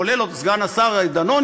כולל סגן השר דנון,